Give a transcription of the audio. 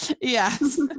Yes